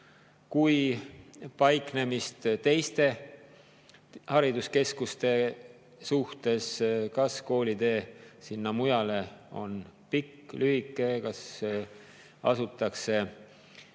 ka paiknemist teiste hariduskeskuste suhtes, kas koolitee mujale on pikk või lühike, kas asutakse